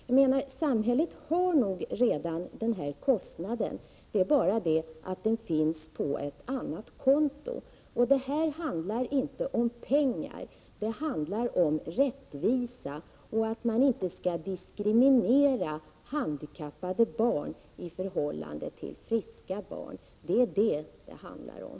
Samhället har nog alltså redan den här kostnaden — det är bara det att den förs på ett annat konto. Det handlar här inte om pengar, utan det handlar om rättvisa; handikappade barn skall inte diskrimineras i förhållande till friska barn.